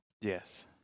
Yes